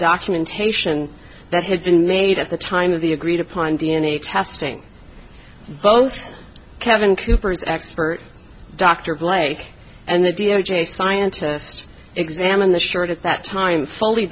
documentation that had been made at the time of the agreed upon d n a testing both kevin cooper's expert dr blake and the d o j scientist examined the short at that time fully